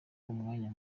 umwanya